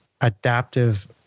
adaptive